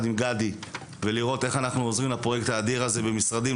ביחד עם גדי ולראות איך אנחנו עוזרים לפרויקט האדיר הזה במשרדים,